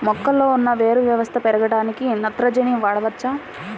మొక్కలో ఉన్న వేరు వ్యవస్థ పెరగడానికి నత్రజని వాడవచ్చా?